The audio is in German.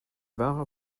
wahrer